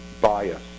bias